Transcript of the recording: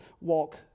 walk